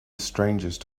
strangest